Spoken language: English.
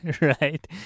Right